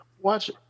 Watch